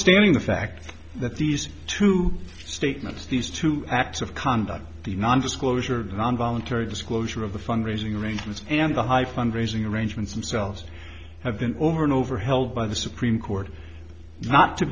standing the fact that these two statements these two acts of conduct the non disclosure non voluntary disclosure of the fund raising arrangements and the high fundraising arrangements themselves have been over and over held by the supreme court not to